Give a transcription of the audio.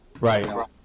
right